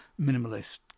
minimalist